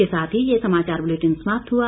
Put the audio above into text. इसी के साथ ये समाचार बुलेटिन समाप्त हुआ